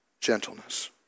gentleness